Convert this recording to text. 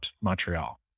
Montreal